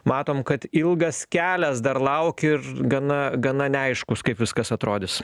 matom kad ilgas kelias dar laukia ir gana gana neaiškus kaip viskas atrodys